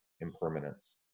impermanence